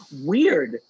weird